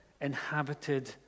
inhabited